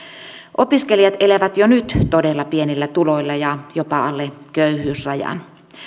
opiskelijat elävät jo nyt todella pienillä tuloilla ja jopa alle köyhyysrajan